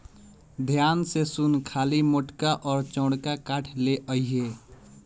ध्यान से सुन खाली मोटका अउर चौड़का काठ ले अइहे